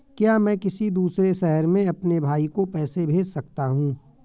क्या मैं किसी दूसरे शहर में अपने भाई को पैसे भेज सकता हूँ?